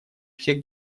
всех